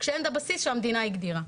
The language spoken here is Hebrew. כשאין את הבסיס שהמדינה הגדירה.